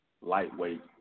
lightweight